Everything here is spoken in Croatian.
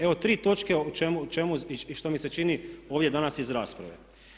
Evo tri točke o čemu i što mi se čini ovdje danas iz rasprave.